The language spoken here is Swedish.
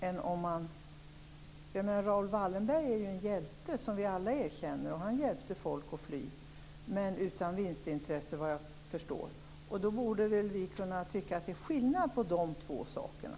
Raoul Wallenberg är ju en hjälte som vi alla erkänner, och han hjälpte folk att fly, efter vad jag förstår utan att ha något vinstintresse. Det borde väl vara skillnad på de två sakerna?